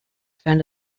found